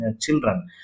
children